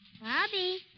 Bobby